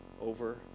over